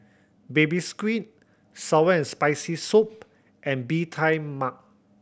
Baby Squid sour and Spicy Soup and Bee Tai Mak